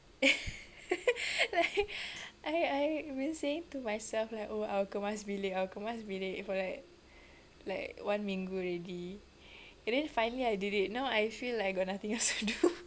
like I I've been saying to myself like oh I'll kemas bilik I'll kemas bilik for like like one minggu already and then finally I did it now I feel like I got nothing else to do